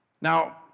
Now